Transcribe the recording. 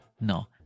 No